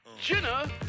Jenna